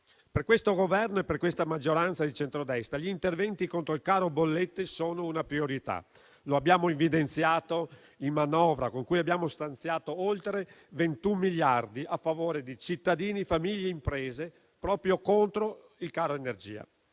Per questo Governo e per questa maggioranza di centrodestra gli interventi contro il caro bollette sono una priorità, come abbiamo evidenziato nella manovra economica, in cui abbiamo stanziato oltre 21 miliardi a favore di cittadini, famiglie ed imprese, proprio contro il caro energia.